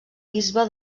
bisbe